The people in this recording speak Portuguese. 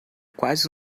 quase